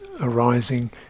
arising